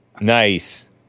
Nice